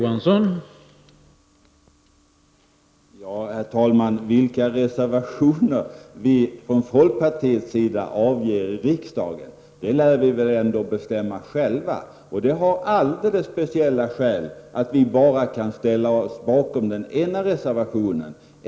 Herr talman! Vilka reservationer vi från folkpartiets sida avger i riksdagen lär vi väl ändå bestämma själva. Det finns alldeles speciella skäl till att vi bara kan ställa oss bakom den ena reservationen.